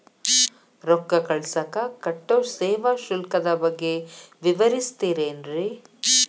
ರೊಕ್ಕ ಕಳಸಾಕ್ ಕಟ್ಟೋ ಸೇವಾ ಶುಲ್ಕದ ಬಗ್ಗೆ ವಿವರಿಸ್ತಿರೇನ್ರಿ?